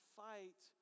fight